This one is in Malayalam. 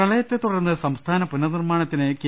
പ്രളയത്തെ തുടർന്ന് സംസ്ഥാന പുനർനിർമ്മാണത്തിന് കെ